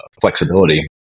flexibility